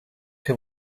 che